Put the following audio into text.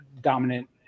dominant